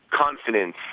confidence